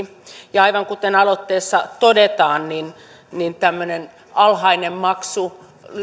ja aivan kuten aloitteessa todetaan liian alhainen maksu